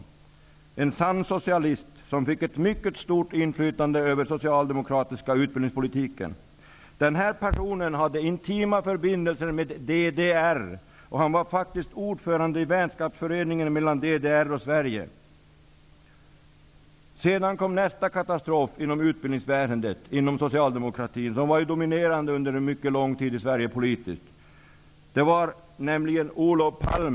Det var en sann socialist som fick ett mycket stort inflytande över den socialdemokratiska utbildningspolitiken. Denna person hade intima förbindelser med DDR, och han var faktiskt ordförande i vänskapsföreningen för DDR och Sverige. Sedan kom nästa katastrof inom utbildningsväsendet inom socialdemokratin, som politiskt var dominerande i Sverige under mycket lång tid. Det var nämligen Olof Palme.